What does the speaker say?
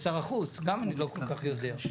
אני גם לא כל כך יודע.